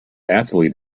athlete